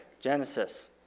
Genesis